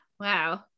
Wow